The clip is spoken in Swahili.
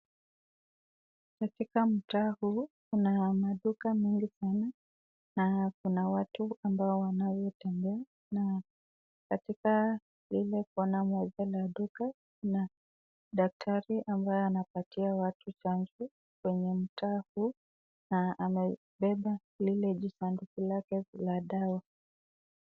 Katika mtaa huu, kuna maduka mengi sana, na kuna watu wanao tembea, na katika lile kona moja la duka, kuna daktari ambaye anapatia watu chanjo, kwenye mtaa huu, na amebeba lile jisanduku lake la dawa.